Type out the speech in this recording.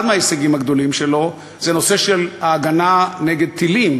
אחד מההישגים שלו זה הנושא של ההגנה נגד טילים,